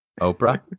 Oprah